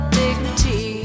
dignity